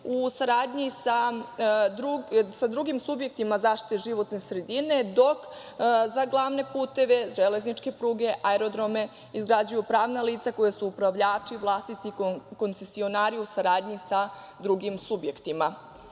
u saradnji sa drugim subjektima zaštite životne sredine, dok za glavne puteve, železničke pruge, aerodrome izgrađuju pravna lica koja su upravljači, vlasnici, koncesionari, u saradnji sa drugim subjektima. Akcioni